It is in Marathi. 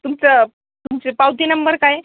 तुमचं तुमचे पावती नंबर काय आहे